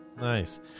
Nice